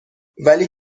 ولی